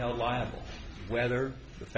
held liable whether the